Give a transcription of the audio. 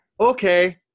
okay